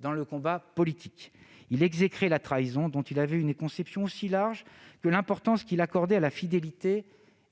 dans le combat politique. Il exécrait la trahison, dont il avait une conception aussi large que l'importance qu'il accordait à la fidélité